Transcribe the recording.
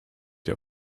der